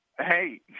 hey